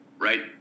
right